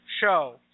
show